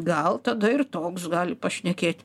gal tada ir toks gali pašnekėt